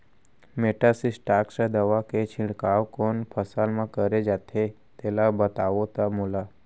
Metasystox दवा के छिड़काव कोन फसल म करे जाथे तेला बताओ त मोला?